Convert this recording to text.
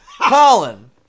Colin